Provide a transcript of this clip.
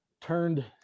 turned